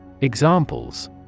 Examples